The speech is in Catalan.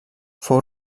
fou